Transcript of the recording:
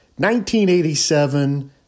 1987